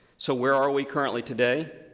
so where are we currently today?